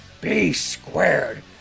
B-squared